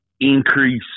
increase